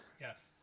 Yes